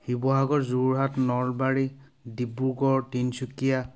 Sivasagar Jorhat Nalbari Dibrugarh Tinsukia